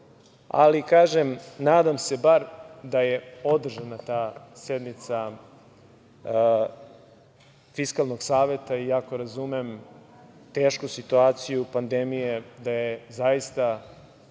Ali, kažem, nadam se bar da je održana ta sednica Fiskalnog saveta, iako razumem tešku situaciju pandemije, da je zaista